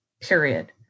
period